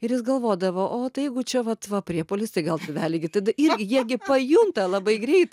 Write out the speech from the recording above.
ir jis galvodavo o tai jeigu čia vat va priepuolis tai gal tėveliai gi tada irgi jie gi pajunta labai greit